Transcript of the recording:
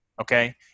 okay